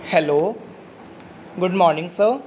hello good morning sir